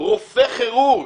רופא כירורג,